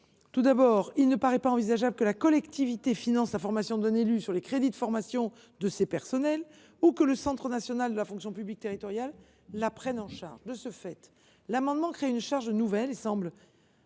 Tout d’abord, il ne paraît pas envisageable que la collectivité finance la formation d’un élu sur les crédits de formation de son personnel ni que le Centre national de la fonction publique territoriale la prenne en charge. De ce fait, l’adoption de l’amendement créerait une charge nouvelle, ce qui semble